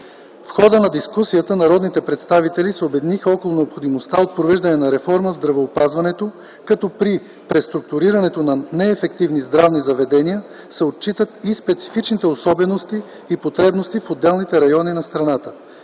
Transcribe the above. В хода на дискусията народните представители се обединиха около необходимостта от провеждане на реформа в здравеопазването, като при преструктурирането на неефективни здравни заведения се отчитат и специфичните особености и потребности в отделните райони на страната.